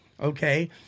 Okay